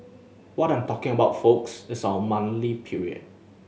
what I'm talking about folks is our monthly period